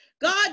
God